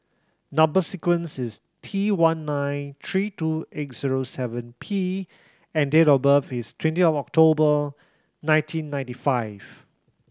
number sequence is T one nine three two eight zero seven P and date of birth is twenty of October nineteen ninety five